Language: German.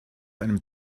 einem